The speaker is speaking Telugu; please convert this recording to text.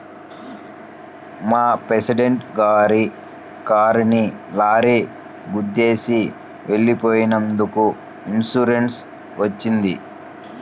మా ప్రెసిడెంట్ గారి కారుని లారీ గుద్దేసి వెళ్ళిపోయినందుకు ఇన్సూరెన్స్ వచ్చింది